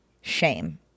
Shame